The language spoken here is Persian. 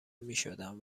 میشدند